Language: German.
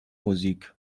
musik